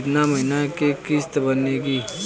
कितना महीना के किस्त बनेगा?